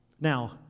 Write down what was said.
Now